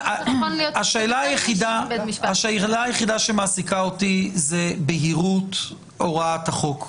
השאלה היחידה שמעסיקה אותי היא בהירות הוראת החוק.